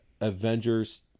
Avengers